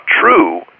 true